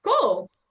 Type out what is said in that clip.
cool